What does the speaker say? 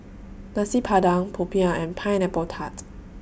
Nasi Padang Popiah and Pineapple Tart